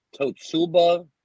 Totsuba